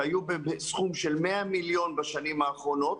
שהיו בסכום של 100 מיליון בשנים האחרונות,